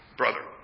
brother